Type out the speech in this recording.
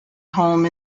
home